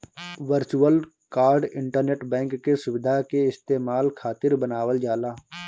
virtual card internet bank के सुविधा के इस्तेमाल खातिर बनावल जाला